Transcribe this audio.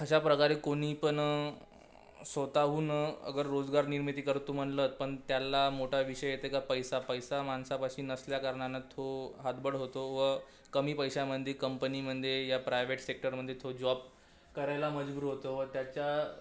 अशा प्रकारे कोणी पण स्वत हून अगर रोजगार निर्मिती करतो म्हणलं पण त्याला मोठा विषय येते का पैसा पैसा माणसापाशी नसल्याकारणानं तो हतबल होतो व कमी पैशामध्ये कंपनीमध्ये या प्रायव्हेट सेक्टरमध्ये तो जॉब करायला मजबूर होतो व त्याच्या